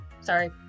Sorry